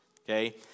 Okay